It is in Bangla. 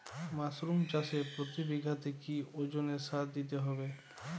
মাসরুম চাষে প্রতি বিঘাতে কি ওজনে সার দিতে হবে?